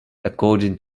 according